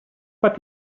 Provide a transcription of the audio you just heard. but